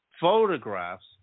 photographs